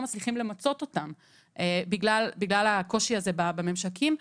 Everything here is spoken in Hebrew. מצליחים למצות אותם בגלל הקושי הזה בממשקים.